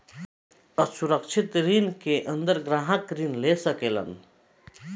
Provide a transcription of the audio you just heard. असुरक्षित ऋण के अंदर ग्राहक ऋण ले सकेलन